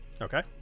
Okay